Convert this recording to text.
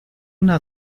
una